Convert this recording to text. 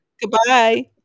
Goodbye